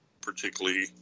particularly